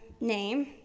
name